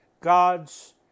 God's